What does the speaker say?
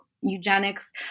eugenics